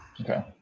Okay